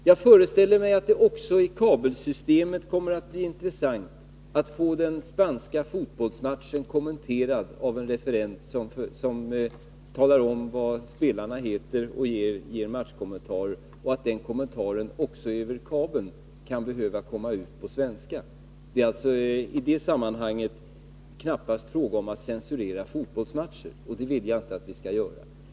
Jag föreställer mig att det också i kabelsystemet kommer att bli intressant att få den spanska fotbollsmatchen kommenterad av en referent som talar om vad spelarna heter och ger matchkommentarer och att kommentarerna också över kabeln kan behöva komma ut på svenska. Det är alltså i det sammanhanget knappast fråga om att censurera fotbollsmatcher, och det vill jag inte att vi skall göra.